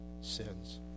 sins